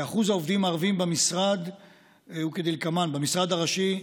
שיעור העובדים הערבים במשרד הוא כדלקמן: במשרד הראשי,